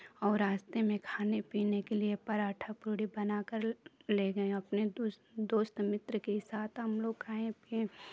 और रास्ते में खाने पीने के लिए पराठा पूड़ी बनाकर ले गए अपने दोस दोस्त मित्र के साथ हम लोग खाएँ पिएँ